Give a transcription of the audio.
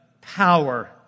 power